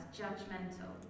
judgmental